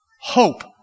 Hope